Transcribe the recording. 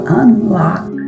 unlock